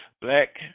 black